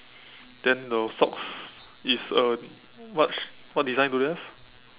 then the socks is a what what design do you have